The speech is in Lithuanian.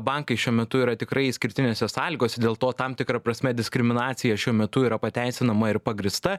bankai šiuo metu yra tikrai išskirtinėse sąlygose dėl to tam tikra prasme diskriminacija šiuo metu yra pateisinama ir pagrįsta